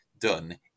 done